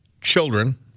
children